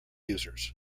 users